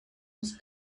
was